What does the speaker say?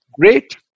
Great